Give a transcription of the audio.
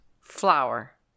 Flour